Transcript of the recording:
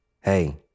Hey